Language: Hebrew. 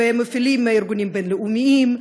ומפעילים ארגונים בין-לאומיים,